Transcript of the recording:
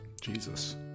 Jesus